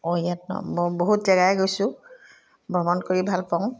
অঁ ইয়াত ন মই বহুত জেগাই গৈছোঁ ভ্ৰমণ কৰি ভাল পাওঁ